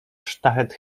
sztachet